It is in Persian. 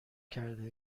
کرده